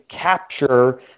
capture